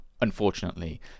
unfortunately